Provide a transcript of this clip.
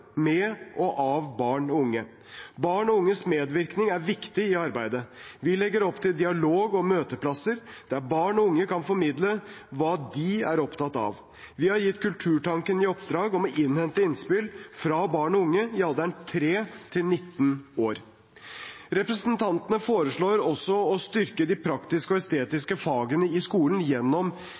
med og av barn og unge. Barn og unges medvirkning er viktig i arbeidet. Vi legger opp til dialog og møteplasser der barn og unge kan formidle hva de er opptatt av. Vi har gitt Kulturtanken i oppdrag å innhente innspill fra barn og unge i alderen 3 til 19 år. Representantene foreslår også å styrke de praktiske og estetiske fag i skolen gjennom